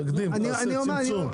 תקדים, צמצם את זה.